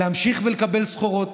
להמשיך ולקבל סחורות,